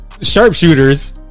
sharpshooters